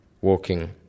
walking